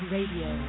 Radio